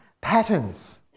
patterns